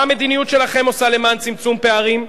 מה המדיניות שלכם עושה למען צמצום פערים?